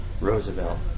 Roosevelt